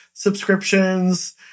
subscriptions